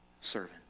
servant